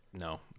No